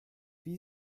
wie